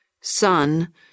Son